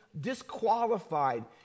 disqualified